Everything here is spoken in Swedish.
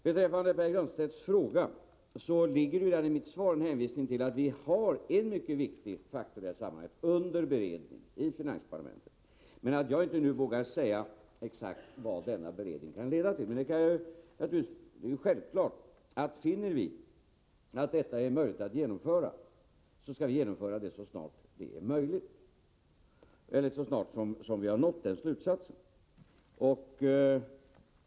Beträffande Pär Granstedts fråga ligger det redan i mitt svar en hänvisning till att vi i finansdepartementet har en mycket viktig faktor i det här sammanhanget under beredning. Jag vågar dock inte nu säga exakt vad denna beredning kan leda till. Men om vi finner att det är möjligt att genomföra fastighetstaxeringskommitténs förslag, skall vi självfallet göra det så snart som vi har dragit denna slutsats.